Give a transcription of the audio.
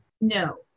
No